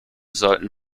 sollten